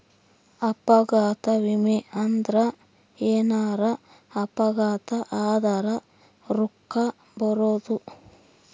ಅಪಘಾತ ವಿಮೆ ಅಂದ್ರ ಎನಾರ ಅಪಘಾತ ಆದರ ರೂಕ್ಕ ಬರೋದು